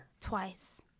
Twice